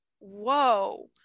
Whoa